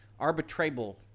Arbitrable